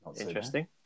interesting